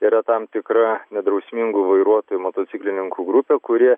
yra tam tikra nedrausmingų vairuotojų motociklininkų grupė kurie